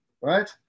right